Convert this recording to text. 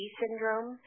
syndrome